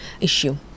issue